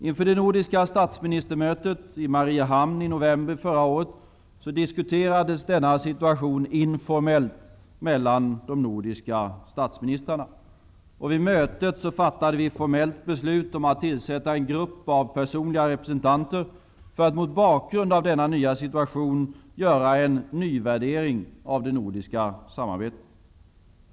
Inför det nordiska statsministermötet i Mariehamn i november förra året diskuterades denna situation informellt mellan de nordiska statsministrarna. Vid mötet fattade vi ett formellt beslut om att tillsätta en grupp av personliga representanter för att mot bakgrund av denna nya situation göra en nyvärdering av det nordiska samarbetet.